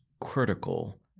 critical